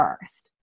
first